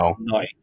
no